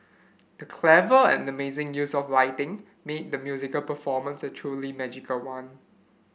the clever and amazing use of lighting made the musical performance a truly magical one